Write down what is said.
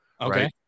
Okay